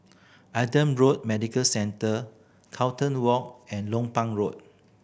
Adam Road Medical Centre Carlton Walk and Lompang Road